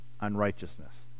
unrighteousness